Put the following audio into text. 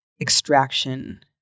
extraction